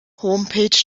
homepage